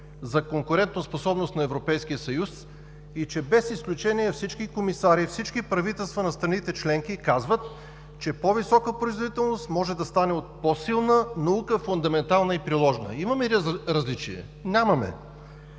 за конкурентоспособност на Европейския съюз и че без изключение всички комисари, всички правителства на страните членки казват, че по-висока производителност може да стане от по-силна наука – фундаментална и приложна? Имаме ли различие? Нямаме!